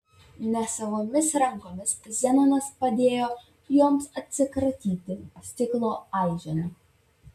nesavomis rankomis zenonas padėjo joms atsikratyti stiklo aiženų